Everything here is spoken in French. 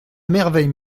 merveille